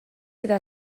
eta